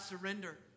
surrender